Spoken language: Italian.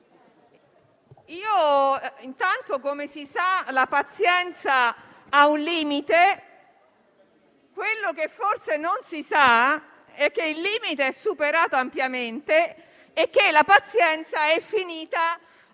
intanto - come si sa - la pazienza ha un limite. Quello che forse non si sa è che il limite è stato superato ampiamente e la pazienza è finita.